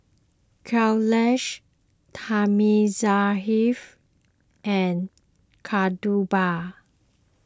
Kailash Thamizhavel and Kasturba